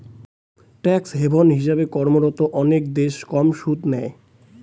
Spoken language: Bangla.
ট্যাক্স হেভ্ন্ হিসেবে কর্মরত অনেক দেশ কম সুদ নেয়